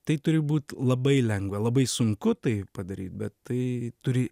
tai turi būt labai lengva labai sunku tai padaryt bet tai turi